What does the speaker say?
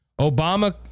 Obama